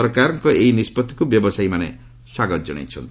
ସରକାରଙ୍କ ଏହି ନିଷ୍ପଭିକୁ ବ୍ୟବସାୟୀମାନେ ସ୍ୱାଗତ ଜଣାଇଛନ୍ତି